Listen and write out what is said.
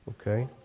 Okay